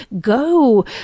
go